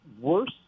worse